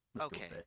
Okay